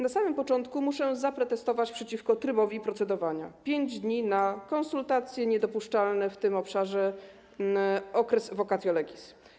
Na samym początku muszę zaprotestować przeciwko trybowi procedowania - 5 dni na konsultacje, niedopuszczalny w tym obszarze okres vacatio legis.